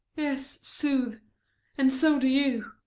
yes, sooth and so do you.